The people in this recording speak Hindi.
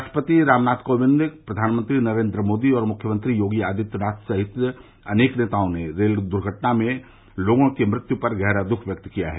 राष्ट्रपति रामनाथ कोविंद प्रधानमंत्री नरेन्द्र मोदी और मुख्यमंत्री योगी आदित्यनाथ सहित अनेक नेताओं ने रेल दुर्घटना में लोंगो की मृत्यू पर गहरा दुख व्यक्त किया है